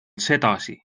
sedasi